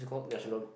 natural